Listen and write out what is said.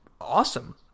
awesome